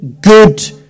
good